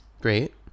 Great